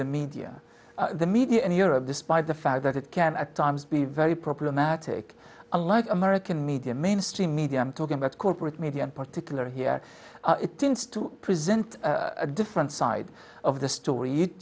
the media the media and europe despite the fact that it can at times be very problematic unlike american media mainstream media i'm talking about corporate media and particularly here it tends to present a different side of the story